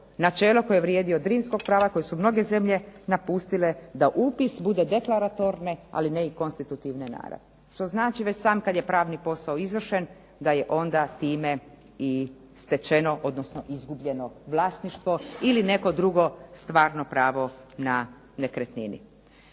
načelo koje vrijedi od rimskog prava koje su mnoge zemlje napustile da upis bude deklaratorne, ali ne i konstitutivne naravi što znači već sam kad je pravni posao izvršen da je onda time i stečeno odnosno izgubljeno vlasništvo ili neko drugo stvarno pravo na nekretnini.